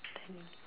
twelve